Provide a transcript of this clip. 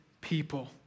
people